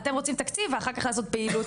אתם רוצים לראות תקציב ואחר כך לעשות פעילות,